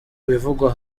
bivugwa